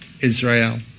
Israel